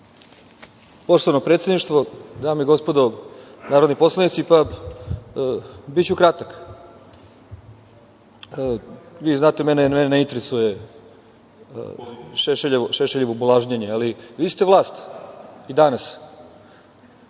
Poštovano predsedništvo, dame i gospodo narodni poslanici, biću kratak. Vi znate mene ne interesuje Šešeljevo bulažnjenje, ali vi ste vlast i danas